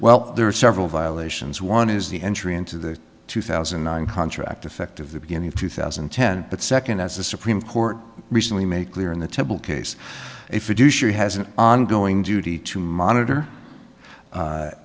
well there are several violations one is the entry into the two thousand and nine contract effect of the beginning of two thousand and ten but second as the supreme court recently made clear in the temple case if you do she has an ongoing duty to monitor